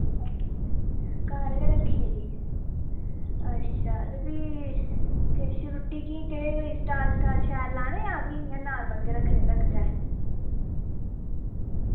घर गै रक्खी दी अच्छा ते फ्ही किश रुट्टी गी केह् कोई स्टाल स्टाल शैल लाने जां फ्ही इ'यां नार्मल गै रक्खने रक्खचै